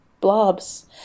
blobs